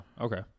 okay